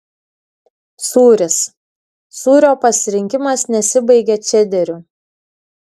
sūris sūrio pasirinkimas nesibaigia čederiu